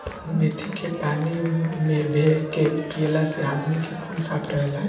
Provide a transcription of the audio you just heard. मेथी के पानी में भे के पियला से आदमी के खून साफ़ रहेला